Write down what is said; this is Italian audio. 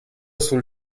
sul